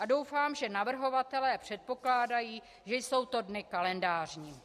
A doufám, že navrhovatelé předpokládají, že jsou to dny kalendářní.